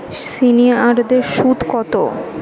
সিনিয়ারদের সুদ কত?